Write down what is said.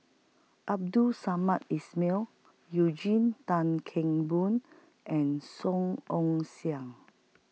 Abdul Samad Ismail Eugene Tan Kheng Boon and Song Ong Siang